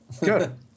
Good